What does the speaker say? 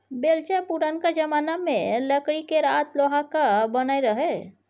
बेलचा पुरनका जमाना मे लकड़ी केर आ लोहाक बनय रहय